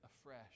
afresh